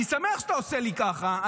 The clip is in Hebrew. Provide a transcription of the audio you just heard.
אני שמח שאתה עושה לי ככה.